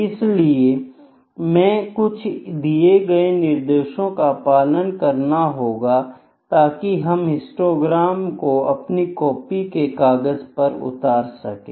इसलिए हमें कुछ दिए गए निर्देशों का पालन करना होगा ताकि हम हिस्टोग्राम को अपनी कॉपी के कागज पर उतार सकें